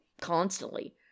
constantly